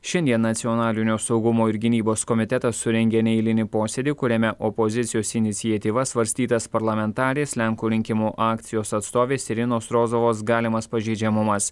šiandien nacionalinio saugumo ir gynybos komitetas surengė neeilinį posėdį kuriame opozicijos iniciatyva svarstytas parlamentarės lenkų rinkimų akcijos atstovės irinos rozovos galimas pažeidžiamumas